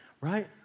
right